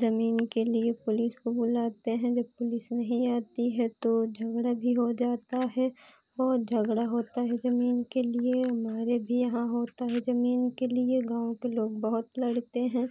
ज़मीन के लिए पुलिस को बुलाते हैं जब पुलिस नहीं आती है तो झगड़ा भी हो जाता है बहुत झगड़ा होता है ज़मीन के लिए हमारे भी यहाँ होता है ज़मीन के लिए गाँव के लोग बहुत लड़ते हैं